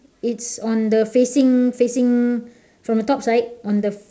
it's on the facing facing from the top side on the